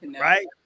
Right